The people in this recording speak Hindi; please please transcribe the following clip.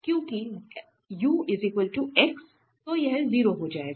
क्योंकि ux तो यह 0 हो जाएगा